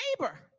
neighbor